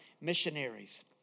missionaries